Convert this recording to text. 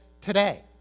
Today